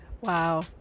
Wow